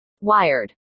Wired